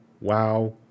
Wow